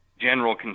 general